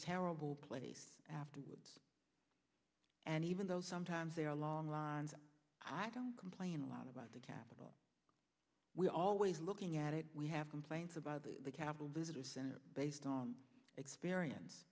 terrible place afterwards and even though sometimes there are long lines i don't complain a lot about the capital we are always looking at it we have complaints about the capitol visitor center based on experience